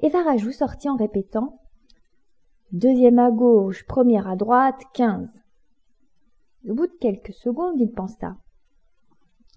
et varajou sortit en répétant deuxième à gauche première à droite au bout de quelques secondes il pensa